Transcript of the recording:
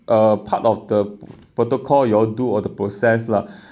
a part of the protocol you all do or the process lah